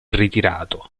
ritirato